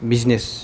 business